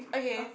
okay